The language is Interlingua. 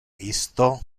isto